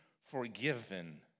forgiven